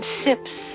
sips